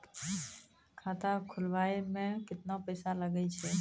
खाता खोलबाबय मे केतना पैसा लगे छै?